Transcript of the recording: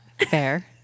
Fair